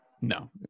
no